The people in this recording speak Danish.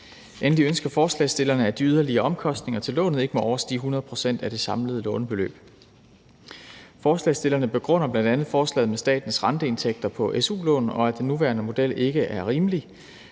Endelig ønsker forslagsstillerne, at de yderligere omkostninger til lånet ikke må overstige 100 pct. af det samlede lånebeløb. Forslagsstillerne begrunder bl.a. forslaget med statens renteindtægter på su-lån, og at den nuværende model ikke er rimelig,